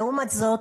לעומת זאת,